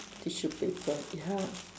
tissue paper ya